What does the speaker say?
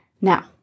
Now